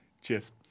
Cheers